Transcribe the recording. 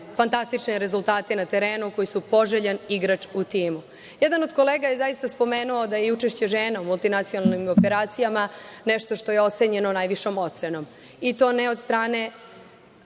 fantastične rezultate na terenu koji su poželjan igrač u timu. Jedan od kolega je zaista spomenuo da je učešće žena u multinacionalnim operacijama nešto što je ocenjeno najvišom ocenom, i to ne od strane